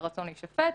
על רצון להישפט.